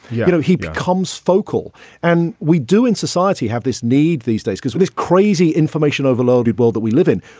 you know he becomes focal and we do in society have this need these days because there's crazy information overloaded world that we live in.